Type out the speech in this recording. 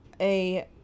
a-